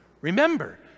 Remember